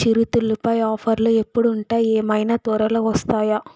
చిరుతిళ్ళపై ఆఫర్లు ఎప్పుడు ఉంటాయి ఏమైనా త్వరలో వస్తాయా